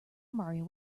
mario